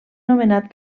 nomenat